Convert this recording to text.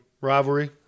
rivalry